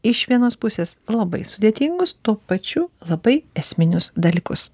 iš vienos pusės labai sudėtingus tuo pačiu labai esminius dalykus